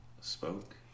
spoke